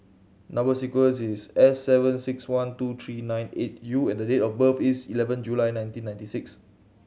number sequence is S seven six one two three nine eight U and date of birth is eleven July nineteen ninety six